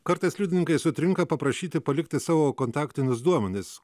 kartais liudininkai sutrinka paprašyti palikti savo kontaktinius duomenis